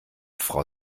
frau